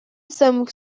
some